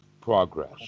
progress